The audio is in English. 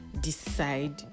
decide